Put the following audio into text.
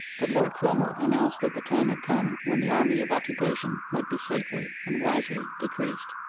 that lord cromer announced that the time had come when the army of occupation might be safely and wisely decreased.